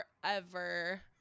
forever